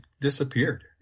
disappeared